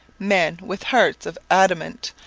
men with hearts of adamant,